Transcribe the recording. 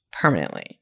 permanently